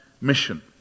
mission